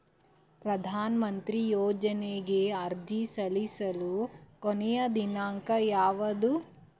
ಪ್ರಧಾನ ಮಂತ್ರಿ ಯೋಜನೆಗೆ ಅರ್ಜಿ ಸಲ್ಲಿಸಲು ಕೊನೆಯ ದಿನಾಂಕ ಯಾವದು?